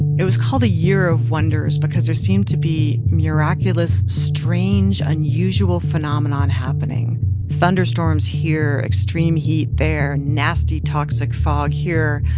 it was called a year of wonders because there seemed to be miraculous, strange, unusual phenomenon happening thunderstorms here, extreme heat there, nasty toxic fog here,